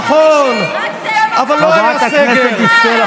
נכון, אבל לא היה סגר.